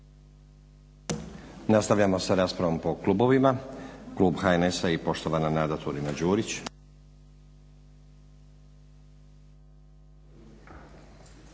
Nastavljamo sa raspravom po klubovima. Klub HNS-a i poštovana Nada Turina-Đurić.